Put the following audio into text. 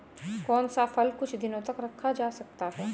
कौन सा फल कुछ दिनों तक रखा जा सकता है?